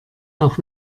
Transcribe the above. auch